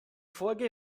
folge